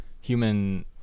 human